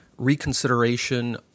reconsideration